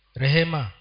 rehema